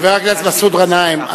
חבר הכנסת מסעוד גנאים,